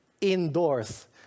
indoors